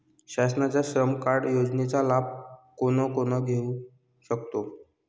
शासनाच्या श्रम कार्ड योजनेचा लाभ कोण कोण घेऊ शकतो?